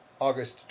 August